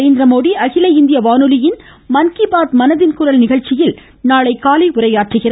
நரேந்திரமோடி அகில இந்திய வானொலியில் மன் கி பாத் மனதின் குரல் நிகழ்ச்சியில் நாளை உரையாற்றுகிறார்